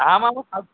ஆமாம் ஆமாம்